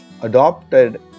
adopted